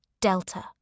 Delta